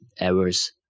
hours